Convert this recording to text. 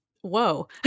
Whoa